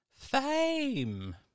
Fame